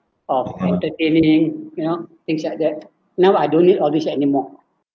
or entertaining you know things like that now I don't need all this anymore